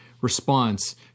response